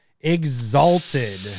exalted